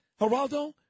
Geraldo